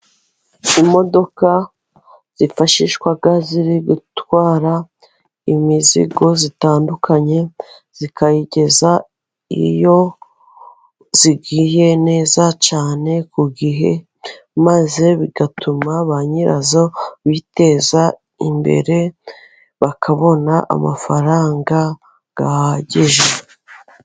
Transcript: Imodoka zifashishwa ziri gutwara imizigo itandukanye zikayigeza iyo igiye neza cyane ku gihe, maze bigatuma ba nyirayo biteza imbere, bakabona amafaranga ahagije.